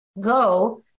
go